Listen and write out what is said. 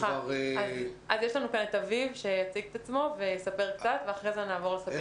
נמצא כאן אביב שיציג את עצמו ויספר קצת ואחר כך נעבור לספיר.